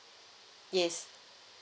yes